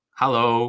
hello